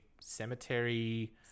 Cemetery